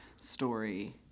story